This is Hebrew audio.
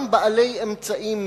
גם בעלי אמצעים,